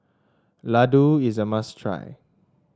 Ladoo is a must try